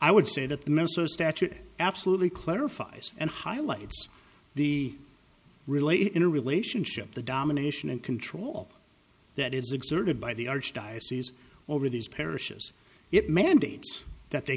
i would say that the statute absolutely clarifies and highlights the really in a relationship the domination and control that is exerted by the archdiocese over these parishes it mandates that they